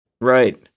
Right